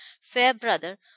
Fairbrother